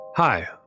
Hi